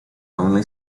only